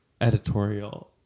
editorial